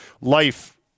Life